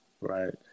Right